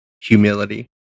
humility